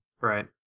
Right